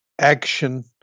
action